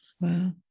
Wow